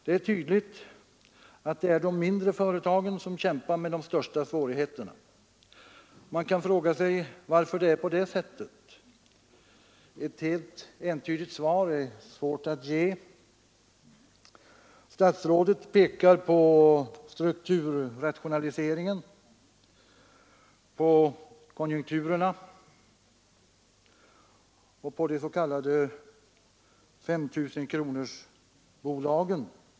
Det är tydligt att de mindre företagen kämpar med de största svårigheterna. Man kan fråga sig varför det är på det sättet. Ett helt entydigt svar är svårt att ge. Statsrådet pekar på strukturrationaliseringen, konjunkturerna och de s.k. 5 000-kronorsbolagen.